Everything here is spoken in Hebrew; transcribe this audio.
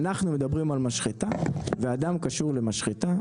אנחנו מדברים על משחטה ואדם קשור למשחטה,